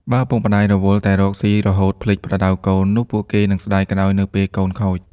បើឪពុកម្ដាយរវល់តែរកស៊ីរហូតភ្លេចប្រដៅកូន នោះពួកគេនឹងស្ដាយក្រោយនៅពេលកូនខូច។